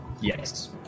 Yes